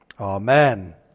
Amen